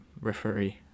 referee